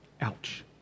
Ouch